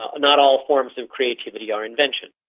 ah not all forms of creativity are invention.